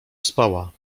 spała